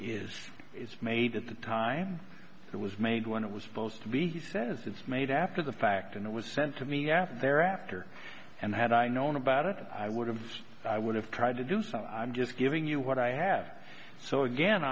is is made at the time it was made when it was supposed to be he says it's made after the fact and it was sent to me after there after and had i known about it i would have i would have tried to do so i'm just giving you what i have so again